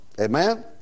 Amen